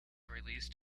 released